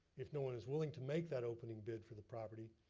if no one is willing to make that opening bid for the property,